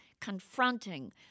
confronting